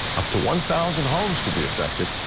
up to one thousand homes could be affected.